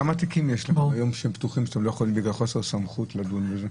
כמה תיקים פתוחים יש היום בגלל חוסר סמכות לדון בהם?